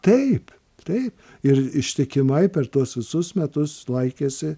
taip taip ir ištikimai per tuos visus metus laikėsi